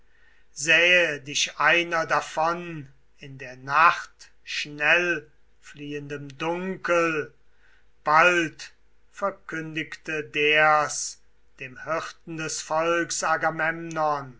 sähe dich einer davon in der nacht schnellfliehendem dunkel bald verkündigte der's dem hirten des